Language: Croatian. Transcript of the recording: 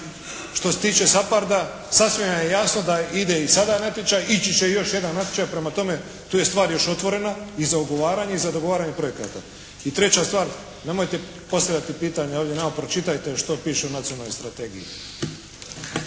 što se tiče «SAPHARD-a» sasvim vam je jasno da ide i sada natječaj. Ići će i još jedan natječaj. Prema tome tu je stvar još otvorena i za ugovaranje i za dogovaranje projekata. I treća stvar nemojte postavljati pitanja ovdje nama, pročitajte što piše u Nacionalnoj strategiji.